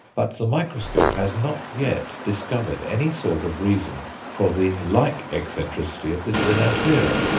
but the microscope has not yet discovered any sort of reason for the like eccentricity of this renanthera.